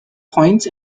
points